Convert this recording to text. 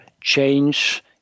change